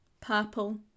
Purple